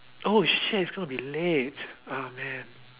oh shit it's gonna be late ah man